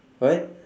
what